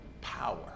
power